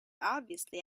obviously